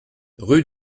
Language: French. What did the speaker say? rue